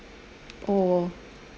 oh